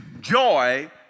joy